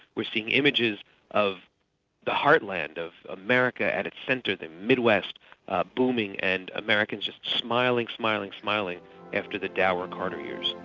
we're seeing images of the heartland of america at its centre, the midwest booming, and americans yeah smiling, smiling, smiling after the dour carter years.